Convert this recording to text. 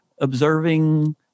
observing